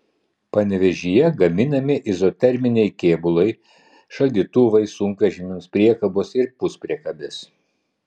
panevėžyje gaminami izoterminiai kėbulai šaldytuvai sunkvežimiams priekabos ir puspriekabės